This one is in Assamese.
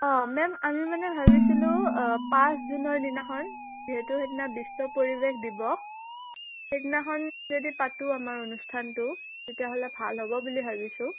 অঁ মেম আমি মানে ভাবিছিলোঁ পাঁচ জুনৰ দিনাখন যিহেতু সেইদিনা বিশ্ব পৰিৱেশ দিৱস সেইদিনাখন যদি পাতোঁ আমাৰ অনুষ্ঠানটো তেতিয়াহ'লে ভাল হ'ব বুলি ভাবিছোঁ